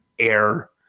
air